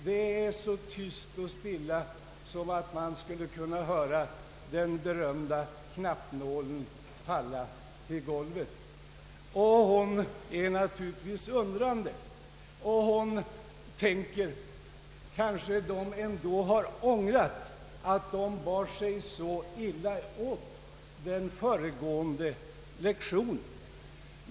Det är så tyst och stilla att man skulle kunna höra den berömda knappnålen falla till golvet. Lärarinnan är naturligtvis undrande och tänker, att de kanske ändå har ångrat att de bar sig så illa åt under den föregående lektionen.